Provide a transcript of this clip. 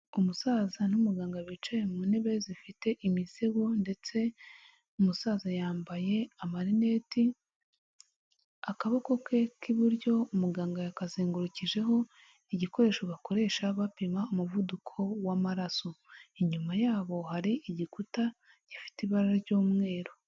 Umusaza n'umuganga bicaye mu ntebe zifite imisego ndetse umusaza yambaye amarineti, akaboko ke k'iburyo umuganga yakazengurukijeho igikoresho bakoresha bapima umuvuduko w'amaraso, inyuma yabo hari igikuta gifite ibara ry'umweru.